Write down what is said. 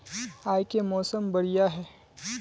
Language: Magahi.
आय के मौसम बढ़िया है?